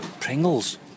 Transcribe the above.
Pringles